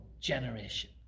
generation